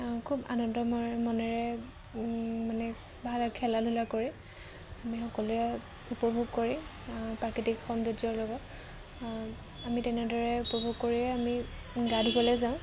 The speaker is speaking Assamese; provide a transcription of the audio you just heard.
খুব আনন্দ মনেৰে মানে ভাল খেলা ধূলা কৰি আমি সকলোৱে উপভোগ কৰি প্ৰাকৃতিক সৌন্দৰ্যৰ লগত আমি তেনেদৰে উপভোগ কৰিয়ে আমি গা ধুবলে যাওঁ